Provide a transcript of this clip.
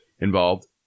Involved